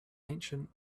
ancient